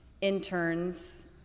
interns